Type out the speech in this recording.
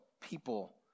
people